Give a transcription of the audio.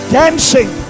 dancing